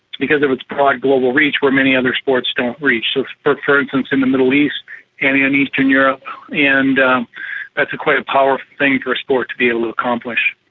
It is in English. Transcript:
because of its broad global reach, where many other sports don't reach so for instance, in the middle east and in eastern europe and that's quite a powerful thing for a sport to be able to accomplish.